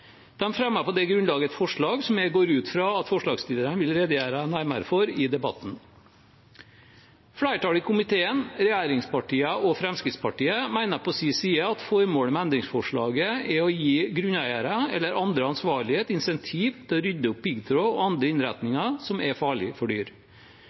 på det grunnlaget et forslag som jeg går ut fra at forslagsstillerne vil redegjøre nærmere for i debatten. Flertallet i komiteen, regjeringspartiene og Fremskrittspartiet, mener på sin side at formålet med endringsforslaget er å gi grunneiere eller andre ansvarlige et insentiv til å rydde opp piggtråd og andre